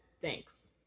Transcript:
thanks